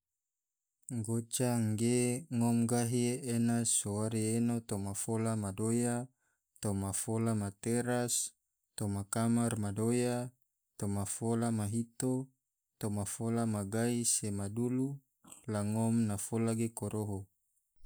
Goca ngge ngom gahi ena so wari eno toma fola madoya, toma fola ma teras toma kamar madoya toma fola ma hito, toma fola ma gai sema dulu la ngom na fola ge koroho.